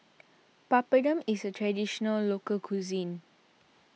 Papadum is a Traditional Local Cuisine